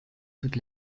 toute